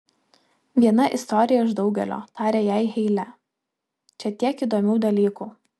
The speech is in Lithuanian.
viena istorija iš daugelio tarė jai heile čia tiek įdomių dalykų